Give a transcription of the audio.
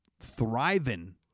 thriving